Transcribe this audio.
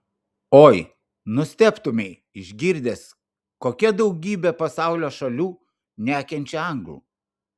oi nustebtumei išgirdęs kokia daugybė pasaulio šalių nekenčia anglų